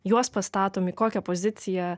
juos pastatom į kokią poziciją